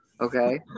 okay